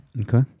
Okay